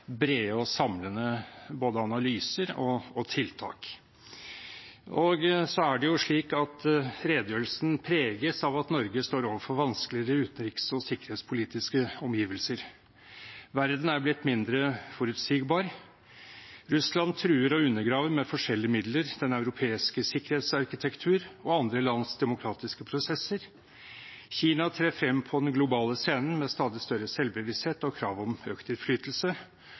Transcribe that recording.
brede og samlende både analyser og tiltak. Redegjørelsen preges av at Norge står overfor vanskeligere utenriks- og sikkerhetspolitiske omgivelser. Verden er blitt mindre forutsigbar. Russland truer og undergraver med forskjellige midler den europeiske sikkerhetsarkitektur og andre lands demokratiske prosesser. Kina trer frem på den globale scenen med stadig større selvbevissthet og krav om økt innflytelse.